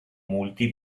multi